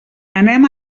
anem